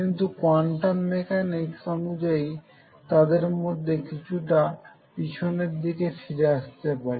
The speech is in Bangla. কিন্তু কোয়ান্টাম মেকানিক্স অনুযায়ী তাদের মধ্যে কিছুটা পিছন দিকে ফিরে আসতে পারে